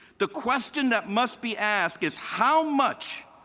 the question that must be asked is how much